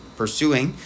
pursuing